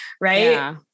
right